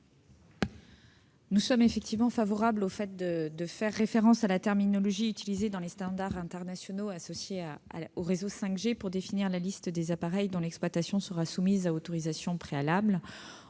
Nous sommes effectivement favorables à ce qu'il soit fait référence à la terminologie utilisée dans les standards internationaux associés aux réseaux 5G pour définir la liste des appareils dont l'exploitation sera soumise à autorisation préalable.